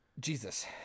Jesus